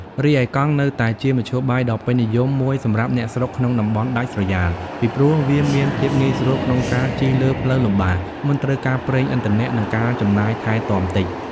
រីឯ កង់ក៏នៅតែជាមធ្យោបាយដ៏ពេញនិយមមួយសម្រាប់អ្នកស្រុកក្នុងតំបន់ដាច់ស្រយាល ពីព្រោះវាមានភាពងាយស្រួលក្នុងការជិះលើផ្លូវលំបាក មិនត្រូវការប្រេងឥន្ធនៈ និងការចំណាយថែទាំតិច។